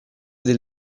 del